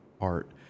art